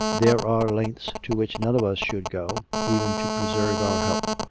there are lengths to which none of us should go, even to preserve our health.